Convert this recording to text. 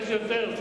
יש יותר.